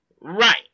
Right